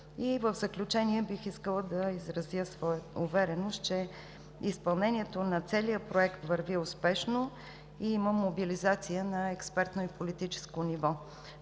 В заключение бих искала да изразя своята увереност, че изпълнението на целия проект върви успешно и има мобилизация на експертно и политическо ниво.